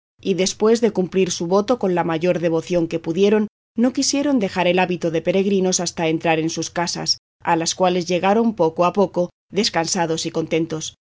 y después de cumplir su voto con la mayor devoción que pudieron no quisieron dejar el hábito de peregrinos hasta entrar en sus casas a las cuales llegaron poco a poco descansados y contentos